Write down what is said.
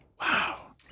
Wow